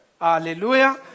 Hallelujah